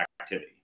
activity